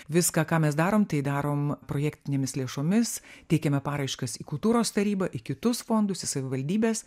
viską ką mes darom tai darom projektinėmis lėšomis teikiame paraiškas į kultūros tarybą į kitus fondus savivaldybes